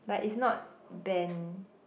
but it's not band